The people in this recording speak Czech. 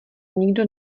nikdo